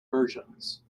versions